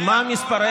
אל תדאג.